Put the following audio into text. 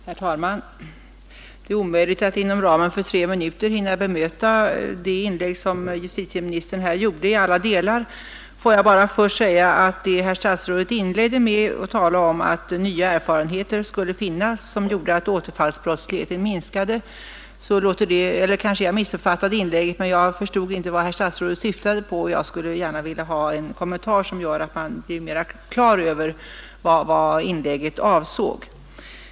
Herr talman! Det är omöjligt att på tre minuter hinna i alla delar bemöta det inlägg som justitieministern här gjorde. Herr statsrådet inledde med att tala om att nya erfarenheter visat att återfallsbrottsligheten har minskat. Kanske jag missuppfattade inlägget, men jag förstod inte vad statsrådet syftade på. Jag skulle gärna vilja ha en kommentar, som gör att jag blir mera på det klara med vad inlägget avsåg.